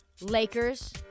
Lakers